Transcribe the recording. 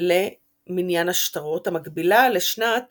למניין השטרות, המקבילה לשנת